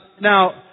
now